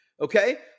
Okay